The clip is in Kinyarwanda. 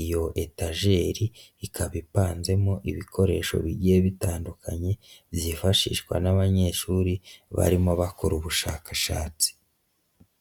iyo etajeri ikaba ipanzemo ibikoresho bigiye bitandukanye byifashishwa n'abanyeshuri barimo bakora ubushakashatsi.